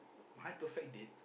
my perfect date